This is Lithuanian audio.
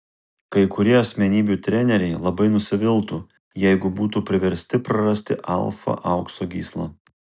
kai kurie asmenybių treneriai labai nusiviltų jeigu būtų priversti prarasti alfa aukso gyslą